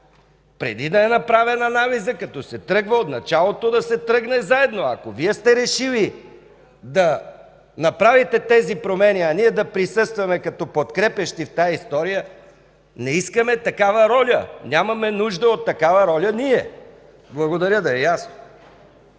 Преди да е направен анализът, като се тръгва от началото, да се тръгне заедно. Ако Вие сте решили да направите тези промени, а ние да присъстваме като подкрепящи в тази история, не искаме такава роля, нямаме нужда от такава роля! Да е ясно.